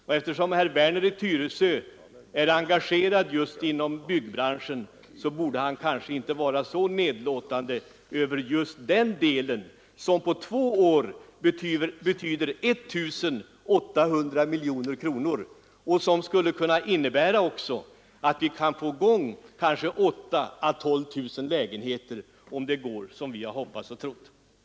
Och eftersom herr Werner är engagerad just i byggbranschen borde han inte vara så nedlåtande när det gäller den delen av paketet, som på två år betyder 1 600 miljoner kronor och som även skulle kunna innebära att vi får i gång byggandet av 8 000-12 000 lägenheter, om det går som vi hoppas och tror, genom momsrestitutionen.